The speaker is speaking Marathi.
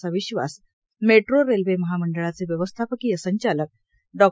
असा विश्वास मेट्रो रेल्वे महामंडळाचे व्यवस्थापकीय संचालक डॉ